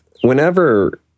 whenever